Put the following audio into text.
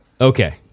Okay